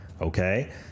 Okay